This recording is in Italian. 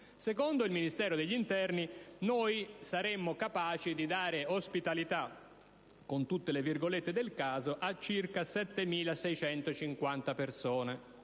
Secondo il Ministero dell'interno, saremmo capaci di dare ospitalità - con tutte le virgolette del caso - a circa 7.650 persone,